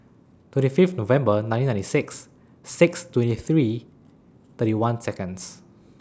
twenty Fifth November nineteen ninety six six twenty three thirty one Seconds